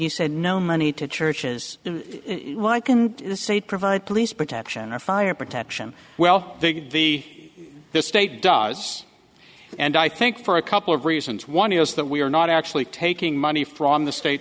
he said no money to churches in this state provided police protection or fire protection well big the the state does and i think for a couple of reasons one is that we are not actually taking money from the state